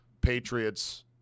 Patriots